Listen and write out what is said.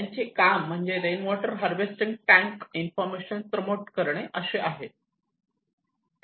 त्यांचे काम म्हणजे rain water harvesting tank information promote करणे असे आहे